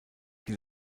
die